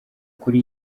kuri